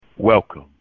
Welcome